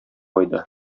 айда